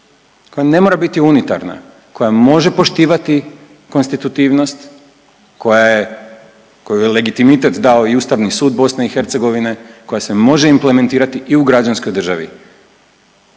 koja ne mora biti unitarna, koja može poštivati konstitutivnost, koja je, kojoj je legitimitet dao i Ustavni sud BiH, koja se može implementirati i u građanskoj državi,